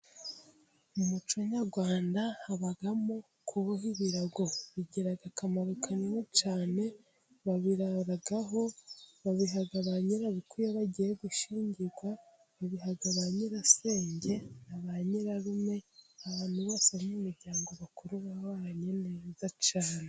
Mu muco nyarwanda habamo kuhoba ibirago, bigira akamaro kanini cyane; babiraraho babiha ba nyirabukwe iyo bagiye gushyingirwa, babiha ba nyirasenge na ba nyirarume, abantu bose n'imiryango bakuru baba babanye neza cyane.